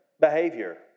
behavior